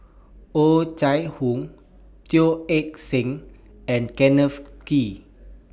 Oh Chai Hoo Teo Eng Seng and Kenneth Kee